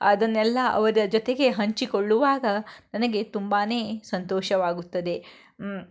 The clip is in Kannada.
ಅದನ್ನೆಲ್ಲ ಅವರ ಜೊತೆಗೆ ಹಂಚಿಕೊಳ್ಳುವಾಗ ನನಗೆ ತುಂಬಾ ಸಂತೋಷವಾಗುತ್ತದೆ